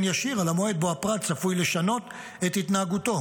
ישיר על המועד שבו הפרט צפוי לשנות את התנהגותו,